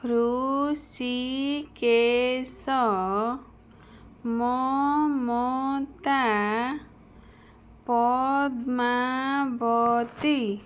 Hrushikesh Mamata Padmavati